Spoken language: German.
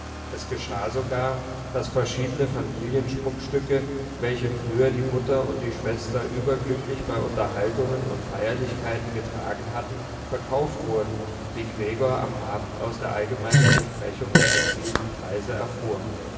es geschah sogar daß verschiedene familienschmuckstücke welche früher die mutter und die schwester überglücklich bei unterhaltungen und feierlichkeiten getragen hatten verkauft wurden wie gregor am abend aus der allgemeinen besprechung der erzielten preise erfuhr